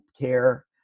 care